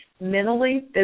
mentally